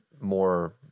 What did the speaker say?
more